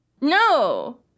No